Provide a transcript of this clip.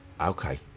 Okay